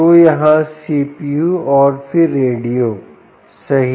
तो यहाँ सीपीयू और फिर रेडियो सही